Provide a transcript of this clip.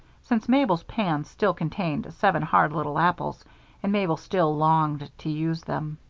since mabel's pan still contained seven hard little apples and mabel still longed to use them.